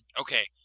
Okay